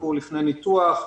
ביקור לפני ניתוח,